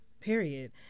period